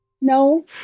No